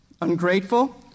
ungrateful